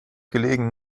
gelegen